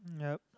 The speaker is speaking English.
yup